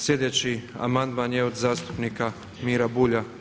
Sljedeći amandman je od zastupnika Mire Bulja.